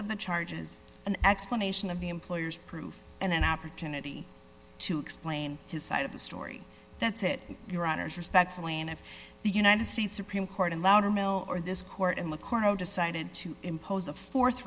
of the charges an explanation of the employer's proof and an opportunity to explain his side of the story that's it your honour's respectfully and if the united states supreme court and louder male or this court in the court of decided to impose